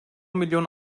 milyon